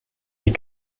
des